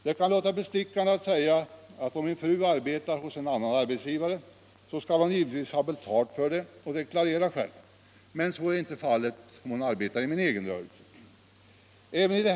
Det kan låta bestickande när man säger: Om min fru arbetar hos någon annan arbetsgivare, skall hon givetvis ha betalt för det och deklarera själv, men så är inte fallet om hon arbetar i min egen rörelse.